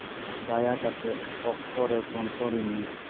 ᱫᱟᱭᱟ ᱠᱟᱛᱮᱫ ᱚᱠᱛᱚ ᱨᱮ ᱥᱚᱱᱛᱚᱨᱤᱧ ᱢᱮ